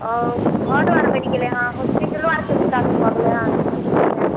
आ घरो आर बनि गेलै हँ होस्पिटलो आर के विकास भऽ गेलै हँ समस्तीपुर मे